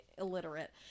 illiterate